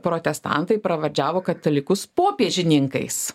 protestantai pravardžiavo katalikus popiežininkais